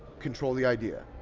control the idea.